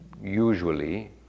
usually